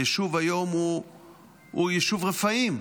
היישוב היום הוא יישוב רפאים.